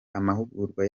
amahugurwa